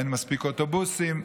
אין מספיק אוטובוסים.